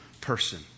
person